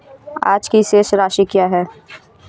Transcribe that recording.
आज की शेष राशि क्या है?